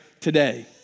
today